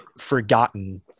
forgotten